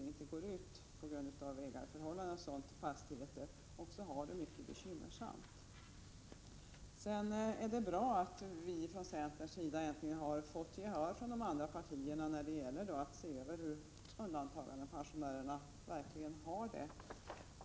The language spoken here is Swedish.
KBT utgår kanske inte, t.ex. på grund av att pensionären är ägare till fastighet. Det är bra att vi från centerns sida äntligen har fått gehör från de andra partierna för förslaget att se över hur undantagandepensionärerna verkligen har det.